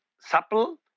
supple